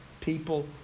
people